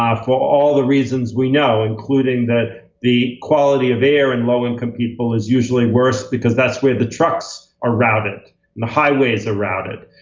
for all the reasons we know, including that the quality of air in low-income people is usually worse because that's where the trucks are routed, and the highways are routed.